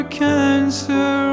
cancer